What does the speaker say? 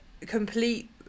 complete